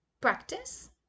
practice